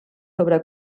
sobre